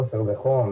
חוסר בחום,